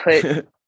put